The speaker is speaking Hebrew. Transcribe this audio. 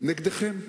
נגדכם.